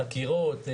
חקירות,